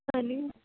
আনি